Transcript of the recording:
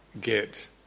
get